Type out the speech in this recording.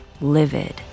livid